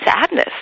sadness